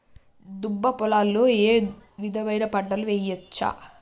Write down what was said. దుబ్బ పొలాల్లో ఏ విధమైన పంటలు వేయచ్చా?